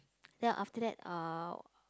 then after that uh